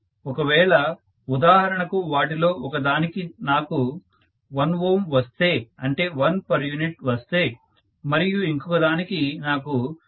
ఒకవేళ ఉదాహరణకు వాటిలో ఒక దానికి నాకు 1Ω వస్తే అంటే 1 pu వస్తే మరియు ఇంకొక దానికి నాకు 22 p